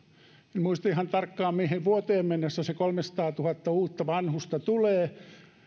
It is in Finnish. en muista ihan tarkkaan mihin vuoteen mennessä se kolmesataatuhatta uutta vanhusta tulee